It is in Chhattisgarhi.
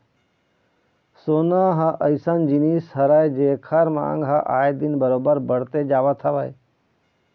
सोना ह अइसन जिनिस हरय जेखर मांग ह आए दिन बरोबर बड़ते जावत हवय